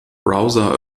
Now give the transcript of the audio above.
browser